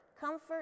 comfort